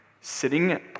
sitting